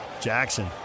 Jackson